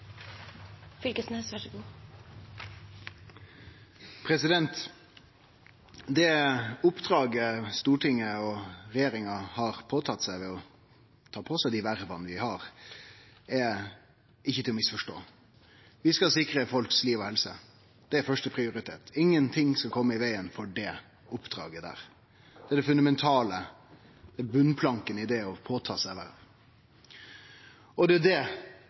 Det oppdraget Stortinget og regjeringa har tatt på seg ved å ha dei verva dei har, er ikkje til å misforstå. Vi skal sikre liv og helse, det har førsteprioritet. Ikkje noko skal kome i vegen for det oppdraget. Det er det fundamentale, det er botnplanken i å ta på seg eit verv, og det er det som blir utfordra i denne saka. Det